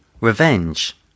revenge